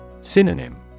Synonym